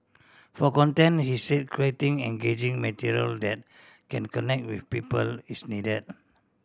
for content he say creating engaging material that can connect with people is needed